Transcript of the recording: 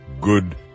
good